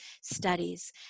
studies